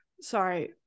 sorry